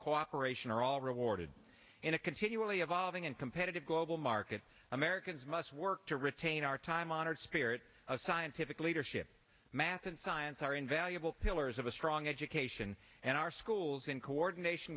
cooperation are all rewarded in a continually evolving and competitive global market americans must work to retain our time honored spirit of scientific leadership math and science are invaluable pillars of a strong education and our schools in coordination